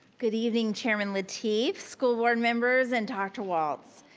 good evening, chairman lateef, school board members, and dr. waltz.